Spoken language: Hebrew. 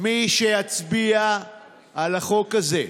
מי שיצביע על החוק הזה,